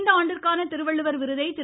இந்த ஆண்டிற்கான திருவள்ளுவர் விருதை திரு